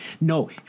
no